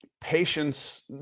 patience